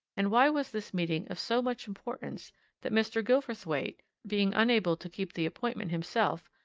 and why was this meeting of so much importance that mr. gilverthwaite, being unable to keep the appointment himself,